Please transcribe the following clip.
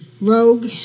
rogue